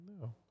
No